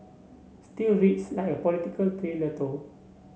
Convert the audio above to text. still reads like a political thriller though